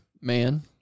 man